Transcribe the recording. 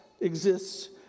exists